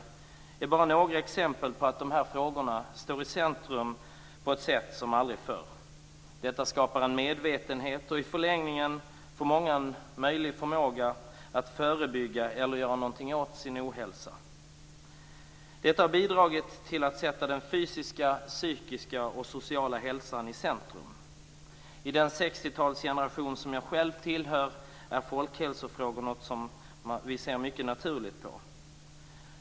Det är bara några exempel på att dessa frågor står i centrum som aldrig förr. Detta skapar en medvetenhet och i förlängningen för många en möjlighet att förebygga eller göra någonting åt sin ohälsa. Detta har bidragit till att sätta den fysiska, psykiska och sociala hälsan i centrum. I den 1960 talsgeneration som jag själv tillhör är folkhälsofrågor något som man ser mycket naturligt på.